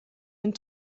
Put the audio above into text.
hun